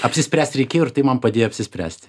apsispręst reikėjo ir tai man padėjo apsispręst